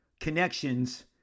connections